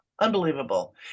unbelievable